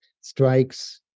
strikes